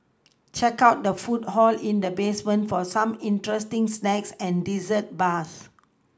check out the food hall in the basement for some interesting snacks and dessert bars